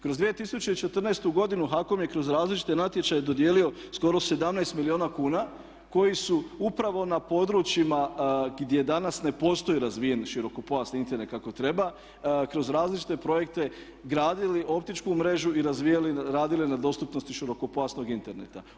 Kroz 2014. godinu HAKOM je kroz različite natječaje dodijelio skoro 17 milijuna kuna koji su upravo na područjima gdje danas ne postoji razvijen širokopojasni Internet kako treba kroz različite projekte gradili optičku mrežu i razvijali i radili na dostupnosti širokopojasnog interneta.